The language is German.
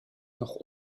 noch